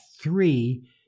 three